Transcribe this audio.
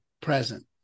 present